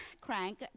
Crank